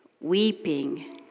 weeping